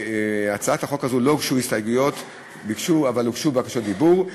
להצעת החוק הזאת לא הוגשו הסתייגויות אבל הוגשו בקשות דיבור,